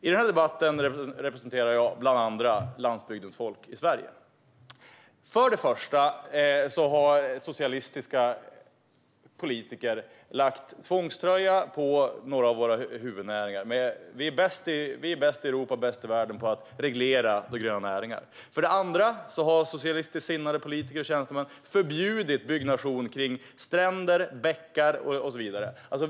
I denna debatt representerar jag bland annat landsbygdens folk i Sverige. För det första har socialistiska politiker satt tvångströja på några av våra huvudnäringar. Vi är bäst i Europa och världen på att reglera gröna näringar. För det andra har socialistiskt sinnade politiker och tjänstemän förbjudit byggnation längs stränder, bäckar och så vidare.